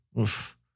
Oof